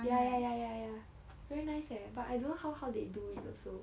ya ya ya ya ya ya very nice leh but I don't know how how they do it also